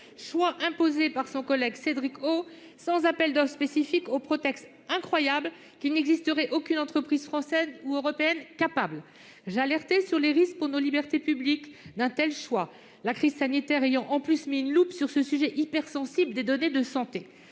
choix imposé par son collègue Cédric O, sans appel d'offres spécifique, au prétexte incroyable qu'il n'existerait aucune entreprise française ou européenne capable ! J'alertais sur les risques pour nos libertés publiques d'un tel choix, la crise sanitaire ayant, en plus, mis une loupe sur ce sujet hypersensible des données de santé.